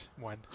one